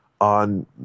on